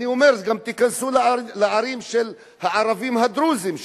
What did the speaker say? אני אומר שגם תיכנסו לערים של הערבים הדרוזים,